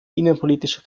innenpolitische